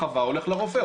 חווה, הולך לרופא.